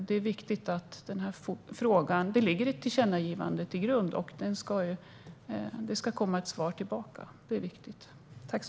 Det ligger ett tillkännagivande till grund för detta, och det är viktigt att det kommer ett svar tillbaka.